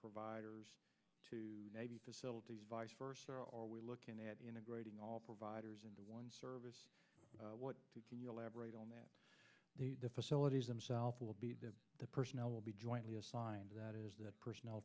providers to maybe facilities vice versa or are we looking at integrating all providers into one service what can you elaborate on that the facilities themselves will be the personnel will be jointly assigned that is that personnel